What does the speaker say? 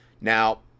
Now